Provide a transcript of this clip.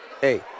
Hey